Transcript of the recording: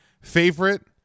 favorite